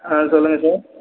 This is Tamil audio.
ஆ சொல்லுங்கள் சார்